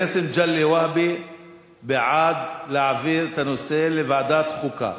חבר הכנסת מגלי והבה בעד להעביר את הנושא לוועדת חוקה.